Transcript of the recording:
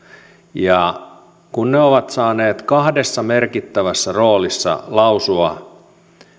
ja kun he ovat saaneet kahdessa merkittävässä roolissa lausua